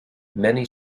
many